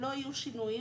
שלא יהיו שינויים